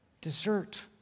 desert